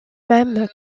même